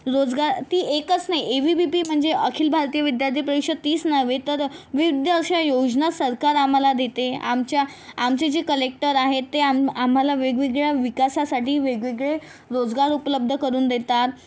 रोजगार ती एकच नाही A V B P Akhil Bharatiya Vidyarthi Parishad तीच नव्हे तर विविध अशा योजना सरकार आम्हाला देते आमच्या आमचे जे कलेक्टर आहे ते आम् आम्हाला वेगवेगळ्या विकासासाठी वेगवेगळे रोजगार उपलब्ध करून देतात